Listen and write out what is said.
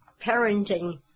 parenting